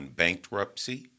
bankruptcy